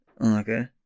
Okay